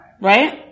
Right